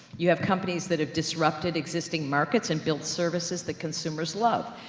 you have companies, that have disrupted existing markets, and built services that consumers love.